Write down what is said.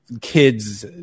kids